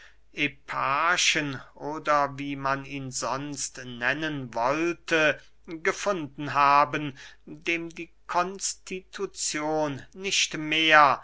eparchen oder wie man ihn sonst nennen wollte gefunden haben dem die konstituzion nicht mehr